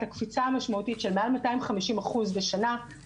את הקפיצה המשמעותית של מעל מאתיים חמישים אחוז בשנה,